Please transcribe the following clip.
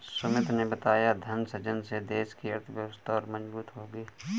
सुमित ने बताया धन सृजन से देश की अर्थव्यवस्था और मजबूत होगी